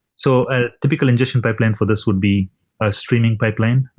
so a typical ingestion pipeline for this would be a streaming pipeline,